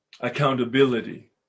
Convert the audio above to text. Accountability